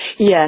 Yes